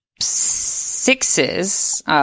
Sixes